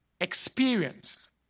experience